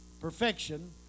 perfection